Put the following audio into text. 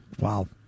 Wow